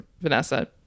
vanessa